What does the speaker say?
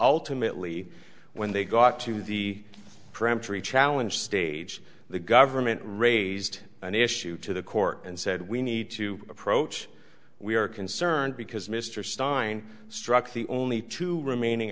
ultimately when they got to the peremptory challenge stage the government raised an issue to the court and said we need to approach we are concerned because mr stein struck the only two remaining